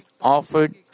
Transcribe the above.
offered